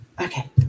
Okay